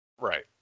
Right